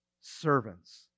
servants